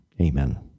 Amen